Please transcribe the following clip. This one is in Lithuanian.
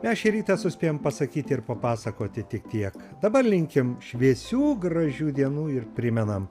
mes šį rytą suspėjom pasakyti ir papasakoti tik tiek dabar linkim šviesių gražių dienų ir primenam